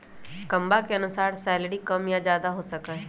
कम्मा के अनुसार सैलरी कम या ज्यादा हो सका हई